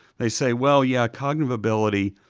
they say, well, yeah, cognitive ability,